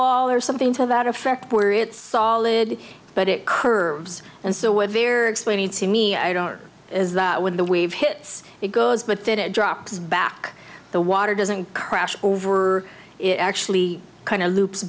wall or something to that effect where it's solid but it curves and so would very explaining to me i don't is that when the wave hits it goes but that it drops back the water doesn't crash over it actually kind of loops